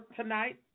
tonight